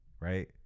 right